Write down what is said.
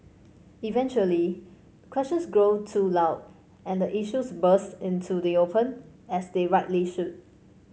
eventually questions grow too loud and the issues burst into the open as they rightly should